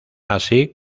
así